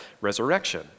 resurrection